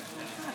בבקשה.